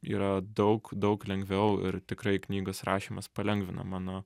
yra daug daug lengviau ir tikrai knygos rašymas palengvina mano